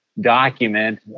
document